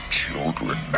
children